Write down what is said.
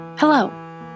Hello